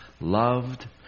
loved